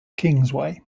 kingsway